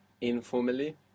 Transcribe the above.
informally